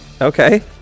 Okay